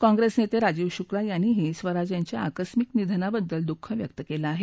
कांग्रेस नेते राजीव शुक्ला यांनीही स्वराज यांच्या आकस्मिक निधनाबद्दल दुःख व्यक्त केलं आहे